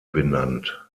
benannt